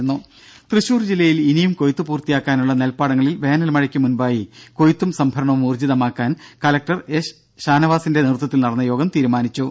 രും തൃശൂർ ജില്ലയിൽ ഇനിയും കൊയ്ത്ത് പൂർത്തിയാക്കാനുള്ള നെൽപ്പാടങ്ങളിൽ വേനൽ മഴയ്ക്ക് മുൻപായി കൊയ്ത്തും സംഭരണവും ഊർജ്ജിതമാക്കാൻ കലക്ടർ എസ് ഷാനവാസിന്റെ നേതൃത്വത്തിൽ നടന്ന യോഗം തീരുമാനിച്ചു